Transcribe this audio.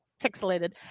pixelated